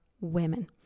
women